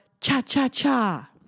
Cha-cha-cha